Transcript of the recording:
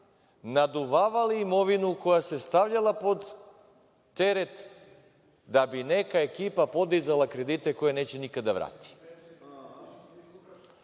naduvavali imovinu koja se stavljala pod teret da bi neka ekipa podizala kredite koje nikada neće